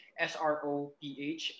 SROPH